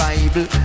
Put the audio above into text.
Bible